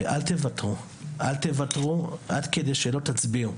אל תוותרו, עד כדי שלא תצביעו.